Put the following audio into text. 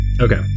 Okay